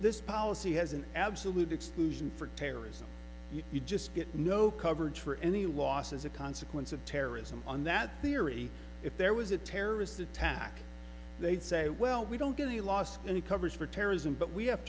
this policy has an absolute exclusion for terrorism you just get no coverage for any loss as a consequence of terrorism on that theory if there was a terrorist attack they'd say well we don't give the last any coverage for terrorism but we have